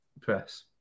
press